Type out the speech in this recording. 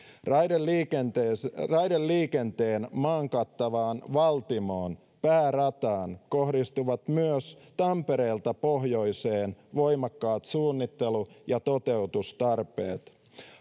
raideliikenteen raideliikenteen maan kattavaan valtimoon päärataan kohdistuvat myös tampereelta pohjoiseen voimakkaat suunnittelu ja toteutustarpeet